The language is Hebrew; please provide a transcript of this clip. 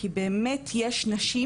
כי באמת יש נשים,